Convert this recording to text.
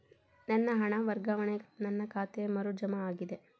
ನನ್ನ ಹಣ ವರ್ಗಾವಣೆಯು ನನ್ನ ಖಾತೆಗೆ ಮರು ಜಮಾ ಆಗಿದೆ